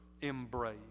embrace